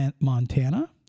Montana